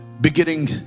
beginning